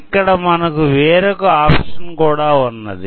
ఇక్కడ మనకు వేరొక ఆప్షన్ కూడా ఉన్నది